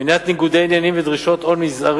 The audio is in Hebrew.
מניעת ניגודי עניינים ודרישות הון מזערי